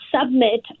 submit